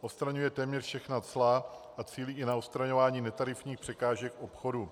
Odstraňuje téměř všechna cla a cílí i na odstraňování netarifních překážek obchodu.